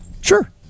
Sure